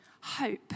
hope